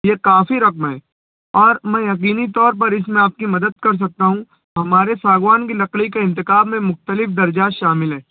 یہ کافی رقم ہے اور میں یقینی طور پر اِس میں آپ کی مدد کر سکتا ہوں ہمارے ساگوان کی لکڑی کے انتخاب میں مختلف درجات شامل ہیں